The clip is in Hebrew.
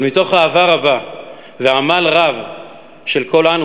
אבל מתוך אהבה רבה ועמל רב של כולנו,